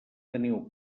teniu